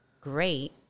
great